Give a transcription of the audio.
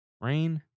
Rain